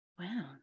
Wow